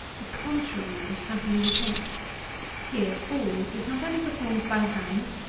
the contrary is happily the case here all is not only performed by hand,